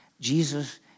Jesus